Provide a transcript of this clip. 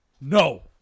no